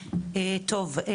טוב,